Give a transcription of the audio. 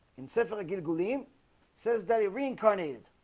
encephalo giggling says daddy reincarnated.